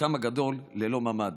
וחלקן הגדול ללא ממ"ד,